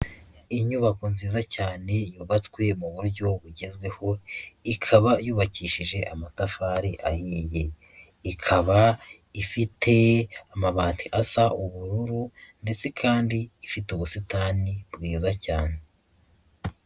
Inyubako nziza cyane yubatswe mu buryo bugezweho, ikaba yubakishije amatafari ahiye. Ikaba ifite amabati asa ubururu, ndetse kandi ifite ubusitani bwiza cyane.